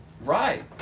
Right